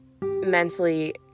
mentally